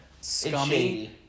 scummy—